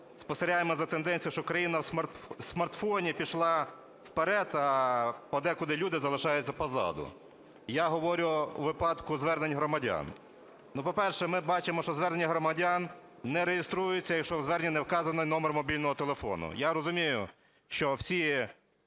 спостерігаємо за тенденцією, що "країна в смартфоні" пішла вперед, а подекуди люди залишаються позаду. Я говорю у випадку звернень громадян. По-перше, ми бачимо, що звернення громадян не реєструються, якщо в зверненні не вказаний номер мобільного телефону. Я розумію, що всі